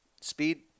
speed